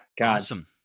Awesome